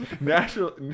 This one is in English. Natural